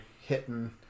hitting